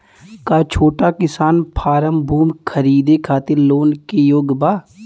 का छोटा किसान फारम भूमि खरीदे खातिर लोन के लिए योग्य बा?